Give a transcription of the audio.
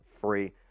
free